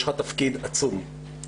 יש לך תפקיד עצום,